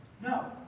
No